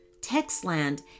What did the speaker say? Texland